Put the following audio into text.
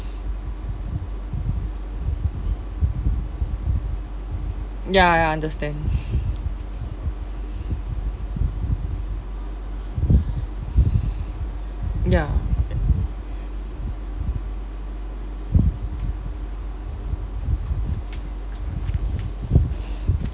ya ya I understand ya